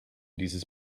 dieses